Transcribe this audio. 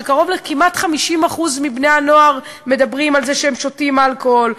שקרוב ל-50% מבני-הנוער מדברים על זה שהם שותים אלכוהול,